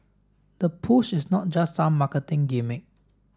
the push is not just some marketing gimmick